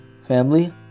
family